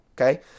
okay